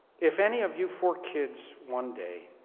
if any of you four kids one day